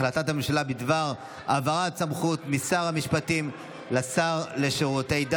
החלטת הממשלה בדבר העברת סמכות משר המשפטים לשר לשירותי דת.